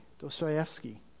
Dostoevsky